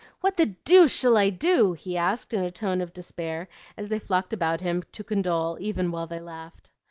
what the deuce shall i do? he asked in a tone of despair as they flocked about him to condole even while they laughed.